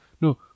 No